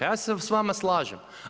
Ja se s vama slažem.